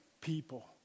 people